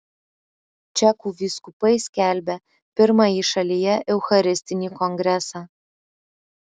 čekų vyskupai skelbia pirmąjį šalyje eucharistinį kongresą